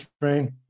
train